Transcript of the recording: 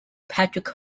patrick